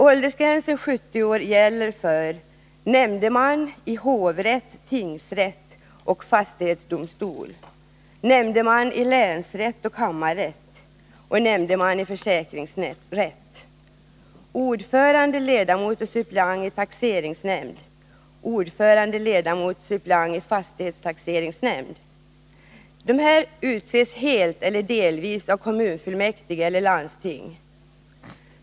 Åldersgränsen 70 år gäller för dels nämndeman i hovrätt, tingsrätt och fastighetsdomstol, dels nämndeman i länsrätt och kammarrätt, dels nämndeman i försäkringsrätt, dels ordförande, ledamot och suppleant i taxeringsnämnd, dels ordförande, ledamot och suppleant i fastighetstaxeringsnämnd. Dessa utses helt eller delvis av kommunfullmäktige eller landsting.